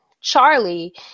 Charlie